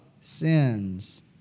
sins